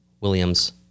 Williams